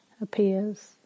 appears